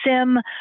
SIM